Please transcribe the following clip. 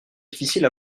difficile